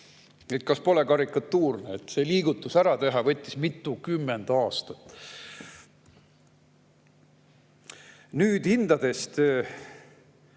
Kas pole karikatuurne: et see liigutus ära teha, võttis mitukümmend aastat! Nüüd hindadest.